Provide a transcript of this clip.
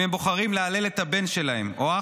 אם הם בוחרים להלל את הבן שלהם או את האח